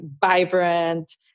vibrant